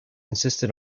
insisted